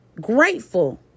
grateful